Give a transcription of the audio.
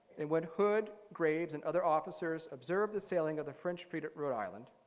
and when hood, graves, and other officers observed the sailing of the french fleet at rhode island,